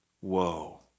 Whoa